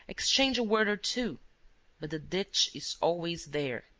exchange a word or two but the ditch is always there.